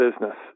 business